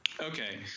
Okay